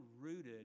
rooted